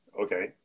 Okay